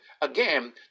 again